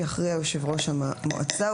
יכריע יושב-ראש המועצה,